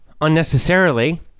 unnecessarily